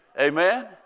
Amen